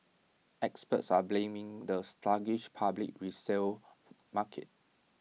experts are blaming the sluggish public resale market